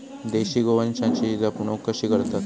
देशी गोवंशाची जपणूक कशी करतत?